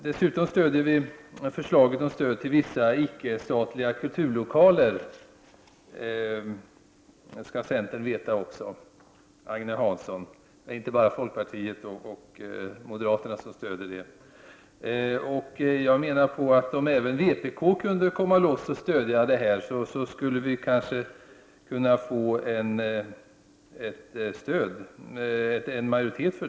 Vi stöder dessutom förslaget om stöd till vissa icke-statliga kulturlokaler. Centern och Agne Hansson skall alltså veta att det inte bara är centern och moderaterna som stöder det förslaget. Om även vpk kunde komma loss och stöda detta skulle det kanske få majoritet.